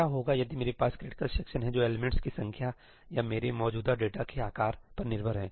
क्या होगा यदि मेरे पास क्रिटिकल सेक्शन हैं जो एलिमेंट्स की संख्या या मेरे पास मौजूद डेटा के आकार पर निर्भर हैं